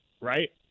right